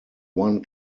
one